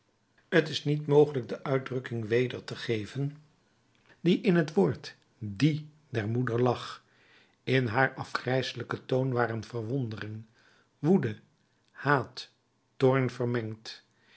t is niet mogelijk de uitdrukking weder te geven die in het woord die der moeder lag in haar afgrijselijken toon waren verwondering woede haat toorn vermengd